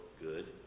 good